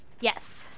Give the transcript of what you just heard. Yes